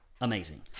Amazing